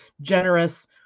generous